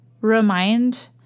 remind